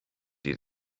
die